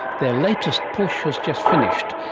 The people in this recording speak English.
their latest push has just finished,